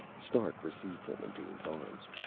stark received him into his arms.